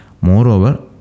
Moreover